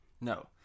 No